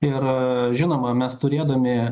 ir žinoma mes turėdami